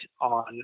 on